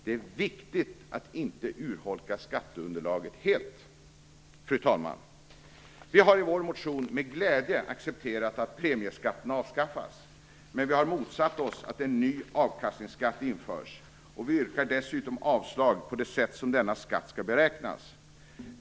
Det är viktigt att inte urholka skatteunderlaget helt. Fru talman! Vi har i vår motion med glädje accepterat att premieskatterna avskaffas. Men vi har motsatt oss att en ny avkastningsskatt införs, och vi yrkar dessutom avslag i fråga om det sätt på vilket denna skatt skall beräknas.